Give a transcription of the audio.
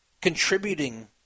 contributing